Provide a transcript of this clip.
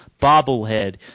bobblehead